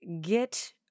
Get